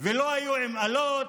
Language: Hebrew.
ולא היו עם אלות,